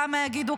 כמה יגידו,